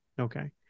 Okay